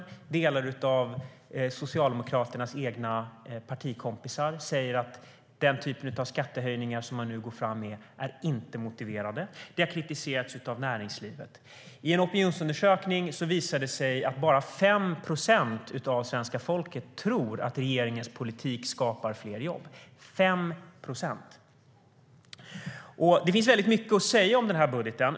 En del av socialdemokraternas egna partikompisar säger att den typen av skattehöjningar som man nu går fram med inte är motiverade. Denna politik har också kritiserats av näringslivet. I en opinionsundersökning visar det sig att bara 5 procent av svenska folket tror att regeringens politik skapar fler jobb - 5 procent. Det finns väldigt mycket att säga om denna budget.